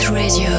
Radio